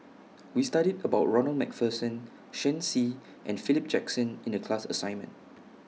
We studied about Ronald MacPherson Shen Xi and Philip Jackson in The class assignment